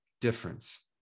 difference